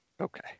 Okay